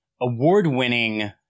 award-winning